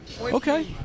okay